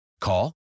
Call